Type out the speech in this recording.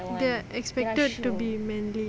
they're expected to be manly